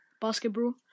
basketball